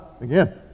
again